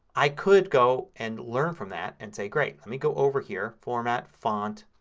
i could go and learn from that and say great, let me go over here. format, font,